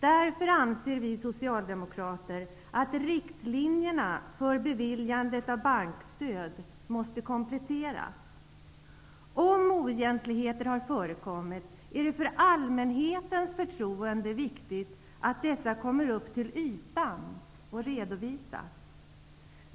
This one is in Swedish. Därför anser vi socialdemokrater att riktlinjerna för beviljandet av bankstöd måste kompletteras. Om oegentligheter har förekommit är det för allmänhetens förtroende viktigt att dessa kommer upp till ytan och redovisas.